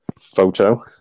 photo